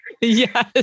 Yes